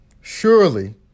Surely